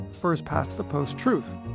first-past-the-post-truth